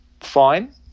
Fine